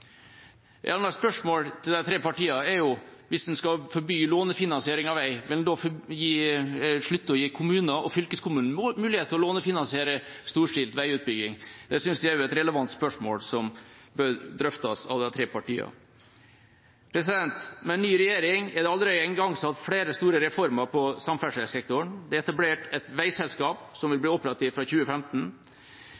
Et av spørsmålene til de tre partiene er jo hvis en skal forby lånefinansiering av vei, vil en da slutte å gi kommuner og fylkeskommuner mulighet til å lånefinansiere storstilt veiutbygging? Jeg synes det er et relevant spørsmål som bør drøftes av de tre partiene. Med ny regjering er det allerede igangsatt flere store reformer på samferdselssektoren. Det er etablert et veiselskap som vil